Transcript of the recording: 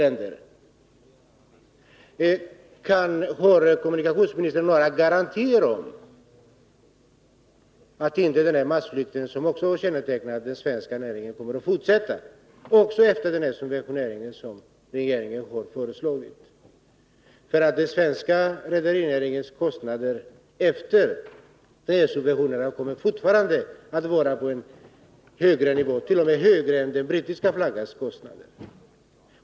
Har kommunikationsministern några garantier för att inte denna massflykt, som också kännetecknar den svenska näringen, kommer att fortsätta efter den subventionering som regeringen har föreslagit? Den svenska rederinäringens kostnader efter subventionerna kommer att fortsätta att vara på en hög nivå, t.o.m. högre än kostnaderna för fartyg under brittisk flagg.